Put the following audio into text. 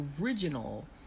original